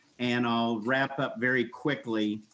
and i'll wrap up very quickly.